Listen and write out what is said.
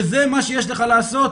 וזה מה שיש לך לעשות?